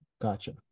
Gotcha